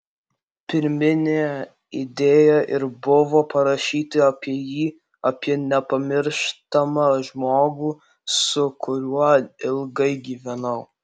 pirminė idėja ir buvo parašyti apie jį apie nepamirštamą žmogų su kuriuo ilgai gyvenau